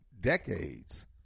decades